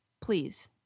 Please